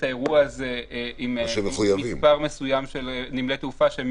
האירוע הזה עם מספר מסוים של שדות תעופה.